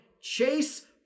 Chase